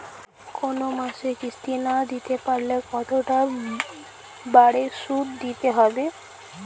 কোন মাসে কিস্তি না দিতে পারলে কতটা বাড়ে সুদ দিতে হবে?